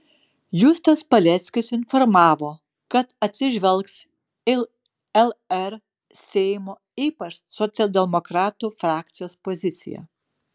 justas paleckis informavo kad atsižvelgs į lr seimo ypač socialdemokratų frakcijos poziciją